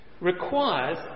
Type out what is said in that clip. requires